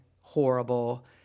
horrible